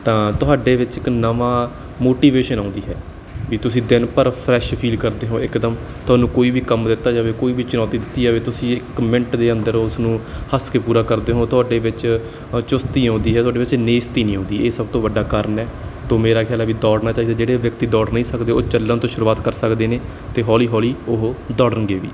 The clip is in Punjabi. ਤਾਂ ਤੁਹਾਡੇ ਵਿੱਚ ਇੱਕ ਨਵਾਂ ਮੋਟੀਵੇਸ਼ਨ ਆਉਂਦੀ ਹੈ ਕਿ ਤੁਸੀਂ ਦਿਨ ਭਰ ਫਰੈਸ਼ ਫੀਲ ਕਰਦੇ ਹੋ ਇਕਦਮ ਤੁਹਾਨੂੰ ਕੋਈ ਵੀ ਕੰਮ ਦਿੱਤਾ ਜਾਵੇ ਚੁਣੌਤੀ ਦਿੱਤੀ ਜਾਵੇ ਤੁਸੀਂ ਇੱਕ ਮਿੰਟ ਦੇ ਅੰਦਰ ਉਸਨੂੰ ਹੱਸ ਕੇ ਪੂਰਾ ਕਰਦੇ ਹੋ ਤੁਹਾਡੇ ਵਿੱਚ ਚੁਸਤੀ ਆਉਂਦੀ ਹੈ ਤੁਹਾਡੇ ਵਿੱਚ ਨੇਸਤੀ ਨਹੀਂ ਆਉਂਦੀ ਇਹ ਸਭ ਤੋਂ ਵੱਡਾ ਕਾਰਨ ਹੈ ਤੋ ਮੇਰਾ ਖਿਆਲ ਹੈ ਵੀ ਦੌੜਨਾ ਚਾਹੀਦਾ ਜਿਹੜੇ ਵਿਅਕਤੀ ਦੌੜ ਨਹੀਂ ਸਕਦੇ ਉਹ ਚੱਲਣ ਤੋਂ ਸ਼ੁਰੂਆਤ ਕਰ ਸਕਦੇ ਨੇ ਅਤੇ ਹੌਲੀ ਹੌਲੀ ਉਹ ਦੌੜਨਗੇ ਵੀ